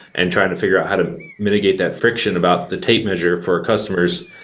and trying to figure out how to mitigate that friction about the tape measure for our customers.